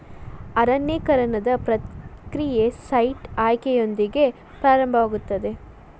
ಅರಣ್ಯೇಕರಣದ ಪ್ರಕ್ರಿಯೆಯು ಸೈಟ್ ಆಯ್ಕೆಯೊಂದಿಗೆ ಪ್ರಾರಂಭವಾಗುತ್ತದೆ